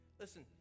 Listen